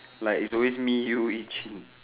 like it's always me you each in